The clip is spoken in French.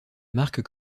marque